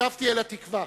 שבתי אל התקווה,